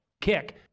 kick